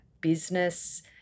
business